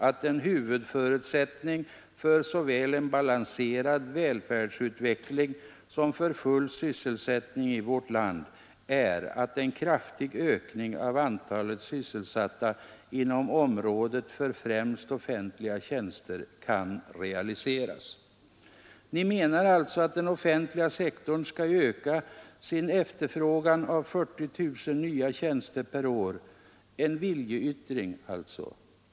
”Även ttning för såväl en balanserad välfärdsutveckling som för full sysselsättning i vårt land är att en kraftig ökning av antalet sysselsatta inom området för främst offentliga tjänster utskottet anser att en huvudföru kan realisera Ni menar alltså att den offentliga sektorn skall öka sin efterfrågan med 40 000 nya tjänster per år — en viljeyttring alltså.